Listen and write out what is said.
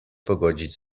pogodzić